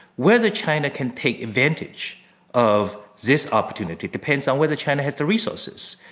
whether china can take advantage of this opportunity depends on whether china has the resources.